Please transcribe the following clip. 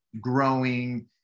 growing